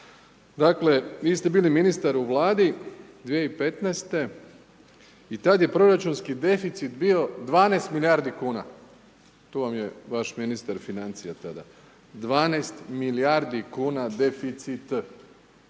Dakle, vi ste bili ministar u Vladi 2015. i tada je proračunski deficit bio 12 milijardi kuna. Tu vam je vaš ministar financija tada, 12 milijardi kuna deficit,